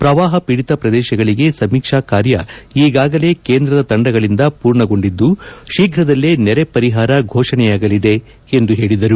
ಪ್ರವಾಪ ಪೀಡಿತ ಪ್ರದೇಶಗಳಿಗೆ ಸಮೀಕ್ಷಾ ಕಾರ್ಯ ಈಗಾಗಲೇ ಕೇಂದ್ರದ ತಂಡಗಳಿಂದ ಮೂರ್ಣಗೊಂಡಿದ್ದು ಶೀಘ್ರದಲ್ಲೇ ನೆರೆ ಪರಿಹಾರ ಘೋಷಣೆಯಾಗಲಿದೆ ಎಂದು ತಿಳಿಸಿದರು